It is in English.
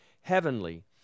heavenly